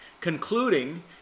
Concluding